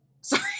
sorry